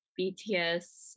BTS